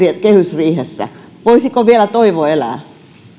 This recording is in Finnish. kehysriihessä voisiko vielä toivo elää